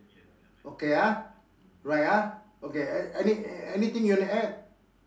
okay ah right ah okay any anything you want to add